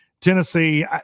Tennessee